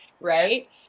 right